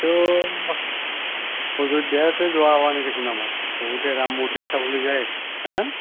ত' অযোধ্যাতে যোৱা হোৱা নাই দেখোন আমাৰ বহুতে ৰাম মন্দিৰ চাবলৈ যায় হা